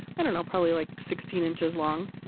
i don't know, probably like sixteen inches long.